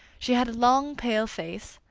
she had a long, pale face,